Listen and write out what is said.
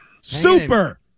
Super